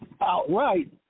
outright